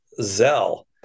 Zell